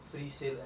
ya